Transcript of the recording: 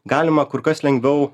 galima kur kas lengviau